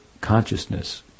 consciousness